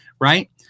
right